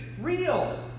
real